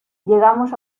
llegamos